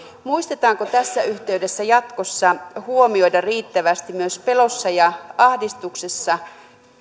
muistetaanko tässä yhteydessä jatkossa huomioida riittävästi myös pelossa ja ahdistuksessa